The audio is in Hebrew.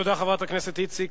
תודה, חברת הכנסת איציק.